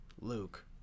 Luke